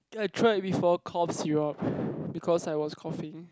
I tried before cough syrup because I was coughing